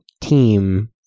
team